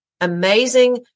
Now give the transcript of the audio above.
amazing